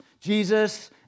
Jesus